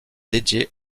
dédiée